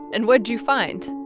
and what'd you find?